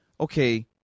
Okay